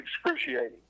excruciating